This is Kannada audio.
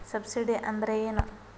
ಸಬ್ಸಿಡಿ ಅಂದ್ರೆ ಏನು?